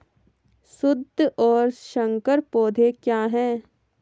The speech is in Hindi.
शुद्ध और संकर पौधे क्या हैं?